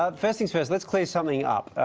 um first things first, let's clear something up.